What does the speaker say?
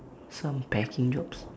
some packing jobs